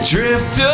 Drift